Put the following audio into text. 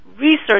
research